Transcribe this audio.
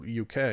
UK